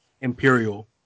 Imperial